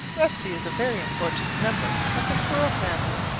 rusty is a very important member of the squirrel family.